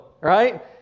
right